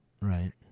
Right